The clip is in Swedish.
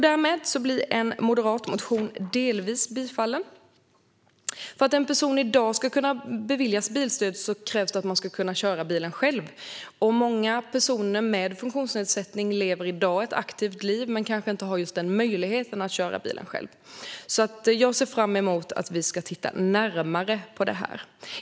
Därmed blir en moderat motion delvis bifallen. För att en person i dag ska kunna beviljas bilstöd krävs att personen kan köra bilen själv. Många personer med funktionsnedsättning lever i dag ett aktivt liv men har kanske inte möjlighet att köra bilen själv. Jag ser fram emot att vi ska titta närmare på det här.